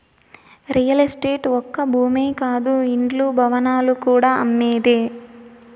real estate ఒక్క భూమే కాదు ఇండ్లు, భవనాలు కూడా అమ్మేదే